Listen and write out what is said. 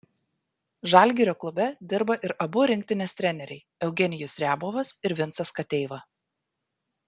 žalgirio klube dirba ir abu rinktinės treneriai eugenijus riabovas ir vincas kateiva